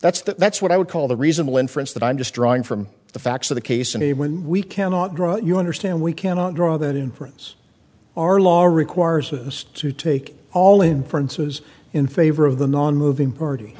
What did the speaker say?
that's that's what i would call the reasonable inference that i'm just drawing from the facts of the case and when we cannot draw you understand we cannot draw that inference our law requires witness to take all inferences in favor of the nonmoving party